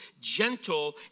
gentle